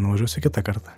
nuvažiuosiu kitą kartą